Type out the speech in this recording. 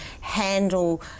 handle